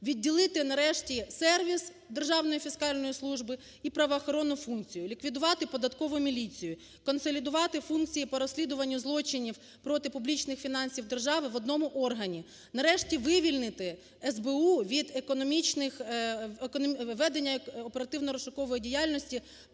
Відділити нарешті сервіс Державної фіскальної служби і правоохоронну функцію. Ліквідувати Податкову міліцію. Консолідувати функції по розслідуванню злочинів проти публічних фінансів держави в одному органі. Нарешті вивільнити СБУ від економічних… введення оперативно-розшукової діяльності